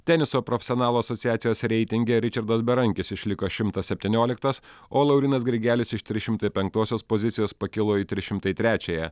teniso profesionalų asociacijos reitinge ričardas berankis išliko šimtas septynioliktas o laurynas grigelis iš trys šimtai penktosios pozicijos pakilo į trys šimtai trečiąją